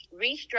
restructure